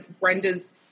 Brenda's